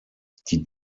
die